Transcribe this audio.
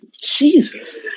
Jesus